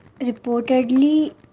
reportedly